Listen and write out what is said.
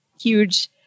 huge